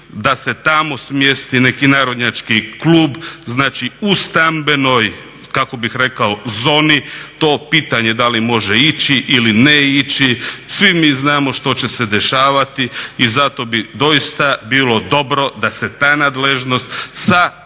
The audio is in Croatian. da se tamo smjesti neki narodnjački klub. Znači, u stambenoj kako bih rekao zoni. To je pitanje da li može ići ili ne ići. Svi mi znamo što će se dešavati i zato bi doista bilo dobro da se ta nadležnost sa